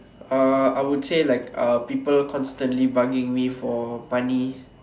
uh I would say like uh people constantly bugging me for money